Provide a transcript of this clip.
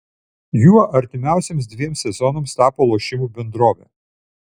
juo artimiausiems dviems sezonams tapo lošimų bendrovė